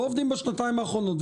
לא עובדים בשנתיים האחרונות,